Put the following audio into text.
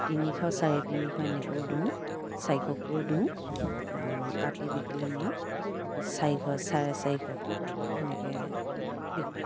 তিনিশ চাৰে তিনিশ এনেকৈও দিওঁ চাৰিশকও দিওঁ আৰু কাটি বিকিলে মই চাৰিশ চাৰে চাৰিশ সেনেকে বিকোঁ